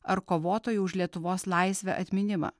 ar kovotojų už lietuvos laisvę atminimą